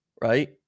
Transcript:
right